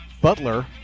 Butler